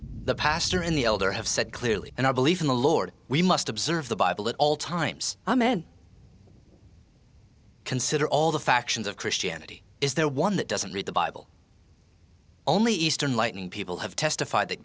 the pastor in the elder have said clearly and i believe in the lord we must observe the bible at all times amen consider all the factions of christianity is there one that doesn't read the bible only eastern lightning people have testified that